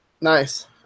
Nice